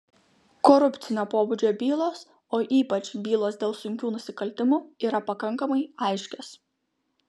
korupcinio pobūdžio bylos o ypač bylos dėl sunkių nusikaltimų yra pakankamai aiškios